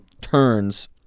turns